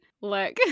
look